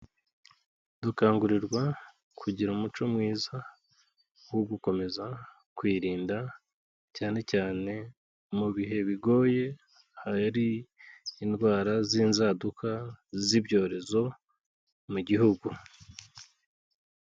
Dukangurirwa kugira umuco mwiza wo gukomeza kwirinda, cyane cyane mu bihe bigoye hari indwara z'inzaduka z'ibyorezo mu gihugu.